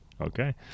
Okay